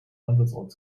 einsatzort